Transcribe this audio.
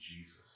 Jesus